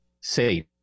safe